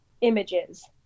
images